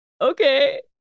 Okay